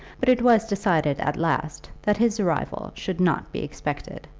but it was decided at last that his arrival should not be expected.